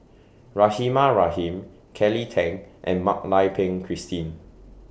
Rahimah Rahim Kelly Tang and Mak Lai Peng Christine